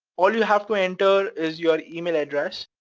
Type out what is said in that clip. all you have to enter is your email address,